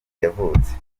yavutse